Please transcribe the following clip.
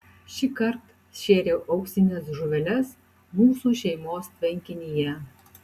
šįkart šėriau auksines žuveles mūsų šeimos tvenkinyje